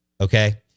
Okay